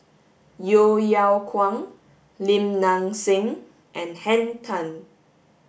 Yeo Yeow Kwang Lim Nang Seng and Henn Tan